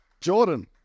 Jordan